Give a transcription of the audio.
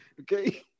Okay